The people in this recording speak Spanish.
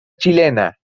chilena